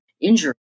injury